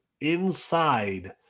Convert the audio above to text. inside